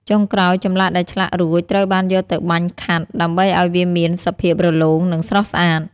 ចុងក្រោយ ចម្លាក់ដែលឆ្លាក់រួចត្រូវបានយកទៅបាញ់ខាត់ ដើម្បីឱ្យវាមានសភាពរលោង និងស្រស់ស្អាត។